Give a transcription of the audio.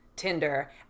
Tinder